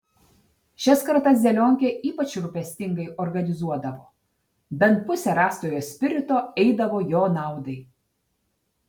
šias kratas zelionkė ypač rūpestingai organizuodavo bent pusė rastojo spirito eidavo jo naudai